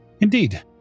Indeed